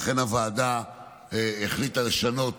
לכן, הוועדה החליטה לשנות